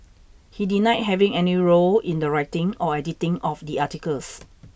he denied having any role in the writing or editing of the articles